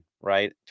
right